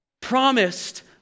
promised